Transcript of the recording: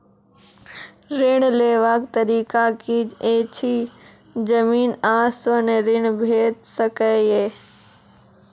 ऋण लेवाक तरीका की ऐछि? जमीन आ स्वर्ण ऋण भेट सकै ये?